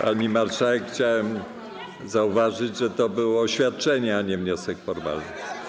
Pani marszałek, chciałem zauważyć, że to było oświadczenie, a nie wniosek formalny.